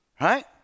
Right